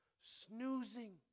snoozing